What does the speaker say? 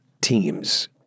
teams